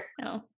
No